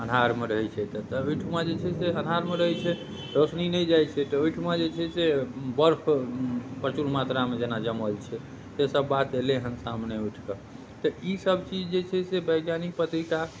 अन्हारमे रहै छै तऽ ओहिठमा जे छै से अन्हारमे रहै छै रोशनी नहि जाइ छै तऽ ओहिठमा जे छै से बर्फ प्रचूर मात्रामे जेना जमल छै से सभ बात एलै हैं उठि कऽ तऽ ई सभ चीज जे छै से वैज्ञानिक पत्रिका